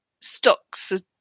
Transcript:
stocks